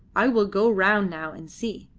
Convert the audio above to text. i will go round now and see.